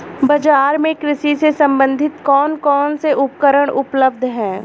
बाजार में कृषि से संबंधित कौन कौन से उपकरण उपलब्ध है?